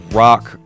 rock